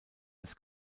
des